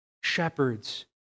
shepherds